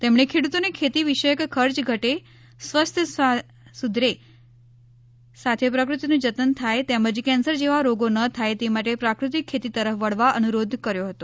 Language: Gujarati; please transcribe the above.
તેમણે ખેડતોને ખેતી વિષયક ખર્ય ઘટે સ્વાસ્થ્ય સુધરે સાથે પ્રકૃતિનું જતન થાય તેમજ કેન્સર જેવા રોગો ન થાય તે માટે પ્રાકૃતિક ખેતી તરફ વળવા અનુરોધ કર્યો હતો